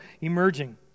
emerging